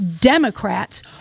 Democrats